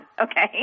Okay